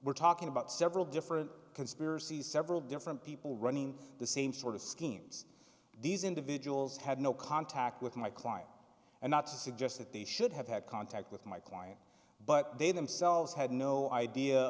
we're talking about several different conspiracies several different people running the same sort of schemes these individuals had no contact with my client and not to suggest that they should have had contact with my client but they themselves had no idea